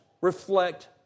reflect